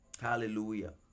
Hallelujah